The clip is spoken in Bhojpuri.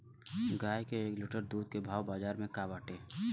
गाय के एक लीटर दूध के भाव बाजार में का बाटे?